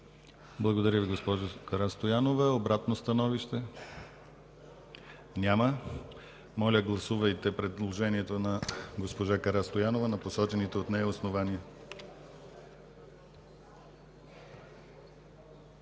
Благодаря Ви, госпожо Карастоянова. Обратно становище? Няма. Моля, гласувайте предложението на госпожа Карастоянова на посочените от нея основания.